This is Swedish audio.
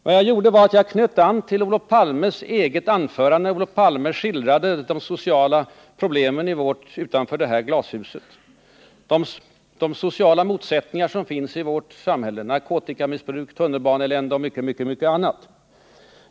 Vad jag gjorde var att jag knöt an till Olof Palme själv, när han skildrade de sociala problemen utanför detta glashus, de sociala motsättningar som finns i vårt samhälle — narkotikamissbruk, tunnelbaneelände och mycket annat.